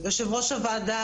יושבת ראש הוועדה,